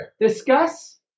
discuss